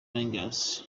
rangers